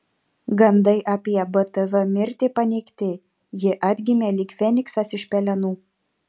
gandai apie btv mirtį paneigti ji atgimė lyg feniksas iš pelenų